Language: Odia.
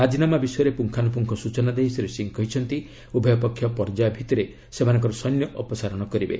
ରାଜିନାମା ବିଷୟରେ ପୁଙ୍ଗାନୁପୁଙ୍ଗ ସ୍କଚନା ଦେଇ ଶ୍ରୀ ସିଂ କହିଛନ୍ତି ଉଭୟ ପକ୍ଷ ପର୍ଯ୍ୟାୟ ଭିଭିରେ ସେମାନଙ୍କର ସୈନ୍ୟ ଅପସାରଣ କରିବେ